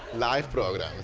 live program.